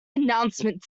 announcement